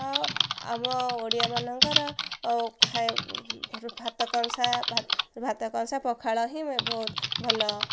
ଆଉ ଆମ ଓଡ଼ିଆମାନଙ୍କର ଭାତ କଂସା ଭାତ କଂସା ପଖାଳ ହିଁ ବହୁତ ଭଲ